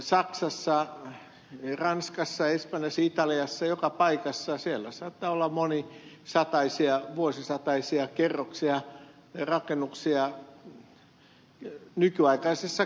saksassa ranskassa espanjassa italiassa joka paikassa saattaa olla monisatavuotisina kerroksina rakennuksia nykyaikaisessa käytössä